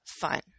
fun